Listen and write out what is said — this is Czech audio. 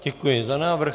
Děkuji za návrh.